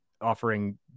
offering